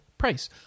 price